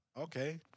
Okay